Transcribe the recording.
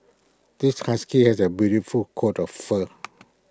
this husky has A beautiful coat of fur